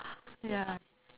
ya